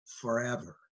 forever